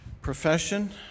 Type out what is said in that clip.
profession